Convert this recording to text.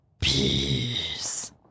Peace